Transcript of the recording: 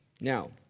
Now